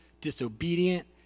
disobedient